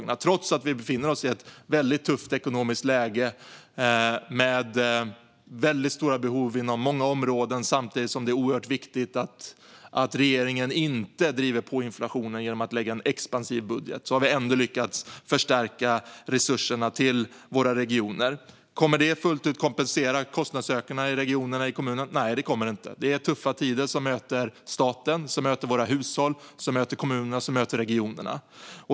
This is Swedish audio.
Det gör vi trots att vi befinner oss i ett väldigt tufft ekonomiskt läge med väldigt stora behov inom många områden. Samtidigt är det oerhört viktigt att regeringen inte driver på inflationen genom att lägga fram en expansiv budget. Vi har ändå lyckats förstärka resurserna till våra regioner. Kommer det att fullt ut kompensera kostnadsökningarna ute i regionerna och kommunerna? Nej, det kommer det inte. Det är tuffa tider som möter staten, våra hushåll, kommunerna och regionerna.